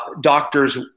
doctors